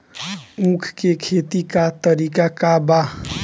उख के खेती का तरीका का बा?